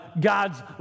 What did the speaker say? God's